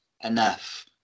enough